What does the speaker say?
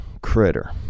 critter